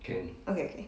okay okay